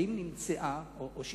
האם יש דרך,